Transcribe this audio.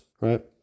right